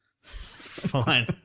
Fine